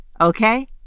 Okay